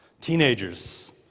Teenagers